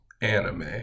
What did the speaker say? anime